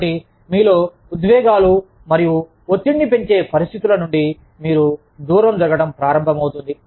కాబట్టి మీలో ఉద్వేగాలు మరియు ఒత్తిడిని పెంచే పరిస్థితుల నుండి మీరు దూరం జరగటం ప్రారంభమవుతుంది